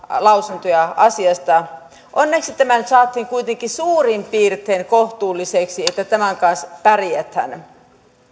lausuntoja asiasta onneksi tämä nyt saatiin kuitenkin suurin piirtein kohtuulliseksi niin että tämän kanssa pärjätään